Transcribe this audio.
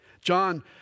John